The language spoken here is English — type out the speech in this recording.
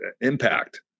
impact